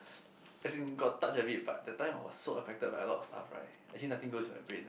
as in got touch a bit but that time I was so affected by a lot of stuff right actually nothing goes in my brain eh